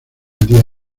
día